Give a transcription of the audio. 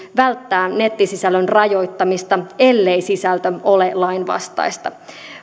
välttää nettisisällön rajoittamista ellei sisältö ole lainvastaista